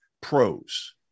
pros